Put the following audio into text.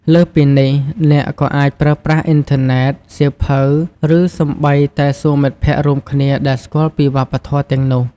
លើសពីនេះ អ្នកក៏អាចប្រើប្រាស់អ៊ីនធឺណិត សៀវភៅ ឬសូម្បីតែសួរមិត្តភក្តិរួមគ្នាដែលស្គាល់ពីវប្បធម៌ទាំងនោះ។